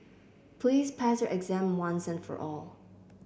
please pass your exam once and for all